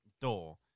door